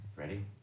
Ready